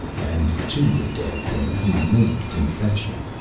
and to the dead thing he made confession.